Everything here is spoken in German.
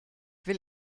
will